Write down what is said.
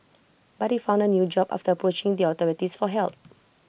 but he found A new job after approaching the authorities for help